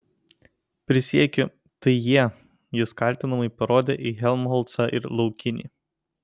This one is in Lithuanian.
prisiekiu tai jie jis kaltinamai parodė į helmholcą ir laukinį